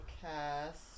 cast